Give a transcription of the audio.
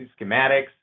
schematics